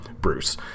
Bruce